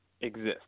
exist